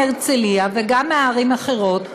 מהרצליה וגם מערים אחרות,